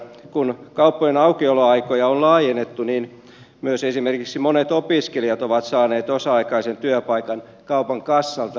kun kauppojen aukioloaikoja on laajennettu niin esimerkiksi myös monet opiskelijat ovat saaneet osa aikaisen työpaikan kaupan kassalta